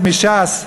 מש"ס,